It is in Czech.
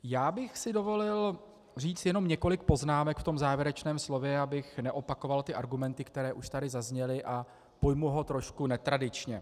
Já bych si dovolil říct jenom několik poznámek v tom závěrečném slově, abych neopakoval argumenty, které už tady zazněly, a pojmu ho trošku netradičně.